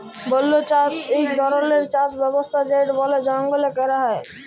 বল্য চাষ ইক ধরলের চাষ ব্যবস্থা যেট বলে জঙ্গলে ক্যরা হ্যয়